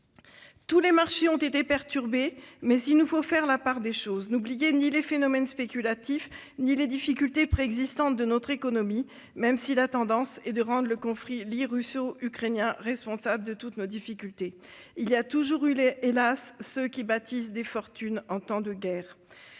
Tous les marchés ont été perturbés, mais il nous faut faire la part des choses : n'oublier ni les phénomènes spéculatifs ni les difficultés préexistantes de notre économie, même si nous avons tendance à rendre le conflit russo-ukrainien responsable de toutes nos difficultés. Il y a toujours eu, hélas ! ceux qui bâtissent des fortunes en temps de guerre.